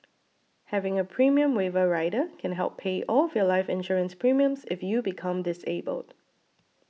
having a premium waiver rider can help pay all of your life insurance premiums if you become disabled